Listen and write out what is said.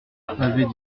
avait